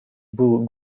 был